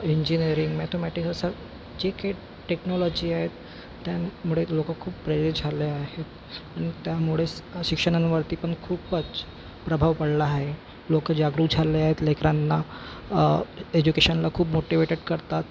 engineering mathematics असं जे की टेक्नॉलॉजी आहे त्यामुळे लोकं खूप प्रेरित झाले आहेत आणि त्यामुळेच शिक्षणावरती पण खूपच प्रभाव पडला आहे लोकं जागरूक झाले आहेत लेकरांना एज्युकेशनला खूप मोटिव्हेटेड करतात